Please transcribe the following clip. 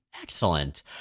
Excellent